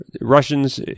Russians